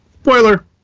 Spoiler